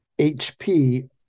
HP